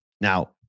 Now